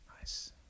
Nice